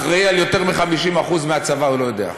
אחראי ליותר מ-50% מהצבא, הוא לא יודע.